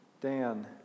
Dan